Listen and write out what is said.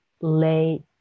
lay